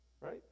right